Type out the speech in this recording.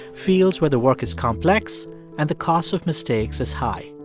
fields where the work is complex and the cost of mistakes is high.